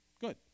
Good